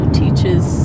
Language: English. teaches